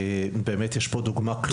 יש פה דוגמה קלסית.